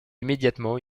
immédiatement